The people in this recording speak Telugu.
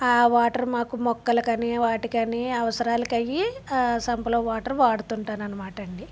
ఆ వాటర్ మాకు మొక్కలకి అని వాటికి అని అవసరాలకి అవి ఆ సంపులో వాటర్ వాడుతూ ఉంటాను అన్నమాట అండి